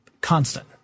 constant